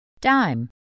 Dime